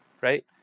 Right